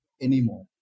anymore